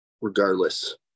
Regardless